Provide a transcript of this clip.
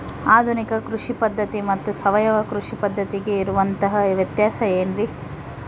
ಆಧುನಿಕ ಕೃಷಿ ಪದ್ಧತಿ ಮತ್ತು ಸಾವಯವ ಕೃಷಿ ಪದ್ಧತಿಗೆ ಇರುವಂತಂಹ ವ್ಯತ್ಯಾಸ ಏನ್ರಿ?